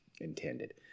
intended